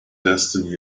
destiny